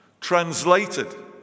Translated